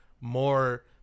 more